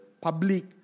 public